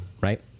right